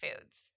foods